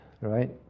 Right